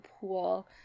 pool